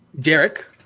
Derek